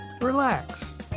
Relax